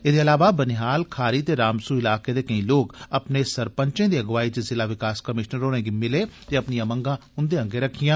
एहदे इलावा बनिहाल खारी ते रामसू इलाके दे केई लोक अपने सरपंचें दी अगुवाई च जिला विकास कमीषनर होरें गी मिले ते अपनियां मंगां उंदे अग्गै रखियां